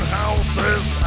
houses